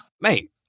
mate